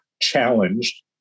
challenged